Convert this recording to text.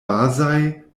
bazaj